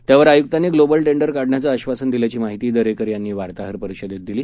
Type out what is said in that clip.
त्यावर आयुक्तांनी global tender काढण्याचं आश्वासन दिल्याची माहिती दरेकर यांनी वार्ताहर परिषदेत दिली